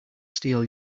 steal